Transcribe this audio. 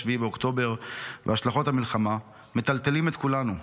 7 באוקטובר והשלכות המלחמה מטלטלות את כולנו.